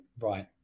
Right